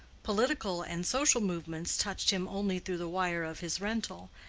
political and social movements touched him only through the wire of his rental,